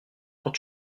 quand